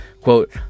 Quote